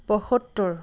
পঁসত্তৰ